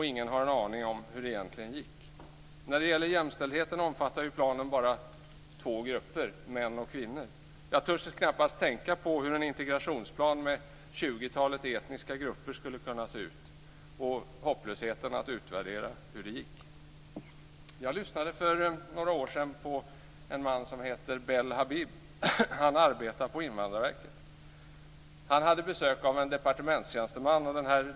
Ingen har en aning om hur det egentligen gick. När det gäller jämställdheten omfattar planen bara två grupper: män och kvinnor. Jag törs knappast tänka på hur en integrationsplan med tjugotalet etniska grupper skulle kunna se ut, med hopplösheten att utvärdera hur det gick. Jag lyssnade för några år sedan på en man som heter Bel Habib. Han arbetar på Invandrarverket. Han hade besök av en departementstjänsteman.